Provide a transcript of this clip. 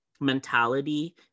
mentality